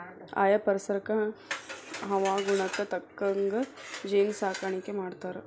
ಆಯಾ ಪರಿಸರಕ್ಕ ಹವಾಗುಣಕ್ಕ ತಕ್ಕಂಗ ಜೇನ ಸಾಕಾಣಿಕಿ ಮಾಡ್ತಾರ